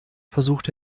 versucht